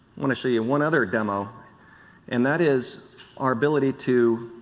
want to show yeah and one other demo and that is our ability to